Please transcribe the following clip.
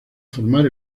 formar